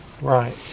Right